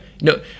no